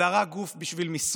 אלא גוף רק בשביל משרות,